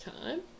time